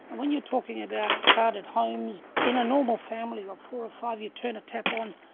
and when you're talking about crowded homes, in a normal family of four or five you turn a tap on,